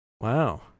Wow